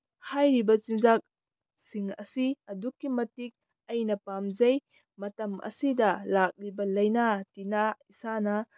ꯍꯥꯏꯔꯤꯕ ꯆꯤꯟꯖꯥꯛꯁꯤꯡ ꯑꯁꯤ ꯑꯗꯨꯛꯀꯤ ꯃꯇꯤꯛ ꯑꯩꯅ ꯄꯥꯝꯖꯩ ꯃꯇꯝ ꯑꯁꯤꯗ ꯂꯥꯛꯂꯤꯕ ꯂꯥꯏꯅꯥ ꯇꯤꯟꯅꯥ ꯏꯁꯥꯅ